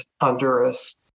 Honduras